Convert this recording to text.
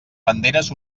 banderes